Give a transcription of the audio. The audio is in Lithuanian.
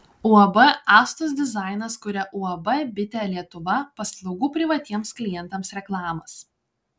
uab astos dizainas kuria uab bitė lietuva paslaugų privatiems klientams reklamas